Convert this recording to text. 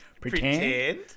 Pretend